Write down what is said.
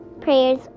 prayer's